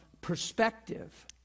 perspective